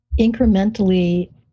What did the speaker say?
incrementally